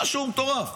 משהו מטורף.